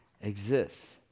exists